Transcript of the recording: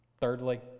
Thirdly